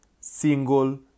single